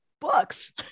books